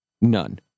None